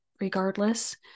regardless